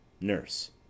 Nurse